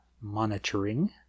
Monitoring